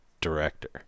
director